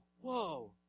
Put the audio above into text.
whoa